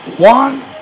One